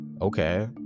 Okay